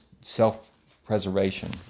self-preservation